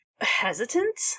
hesitant